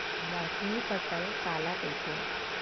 मौसमी फसल काला कइथे?